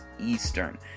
Eastern